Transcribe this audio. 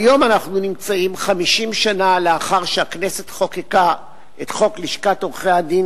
היום אנחנו 50 שנה לאחר שהכנסת חוקקה את חוק לשכת עורכי-הדין,